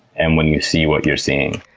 and when you see what you're seeing.